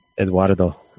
Eduardo